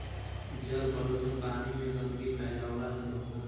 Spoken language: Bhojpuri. जल प्रदुषण पानी में गन्दगी फैलावला से होला